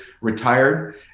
retired